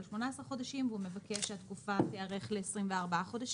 על 18 חודשים והוא מבקש שהתקופה תארך ל-24 חודשים.